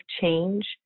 change